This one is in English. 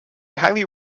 highly